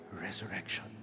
Resurrection